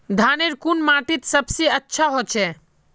धानेर कुन माटित सबसे अच्छा होचे?